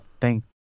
thank